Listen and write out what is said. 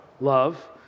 Love